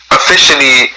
officially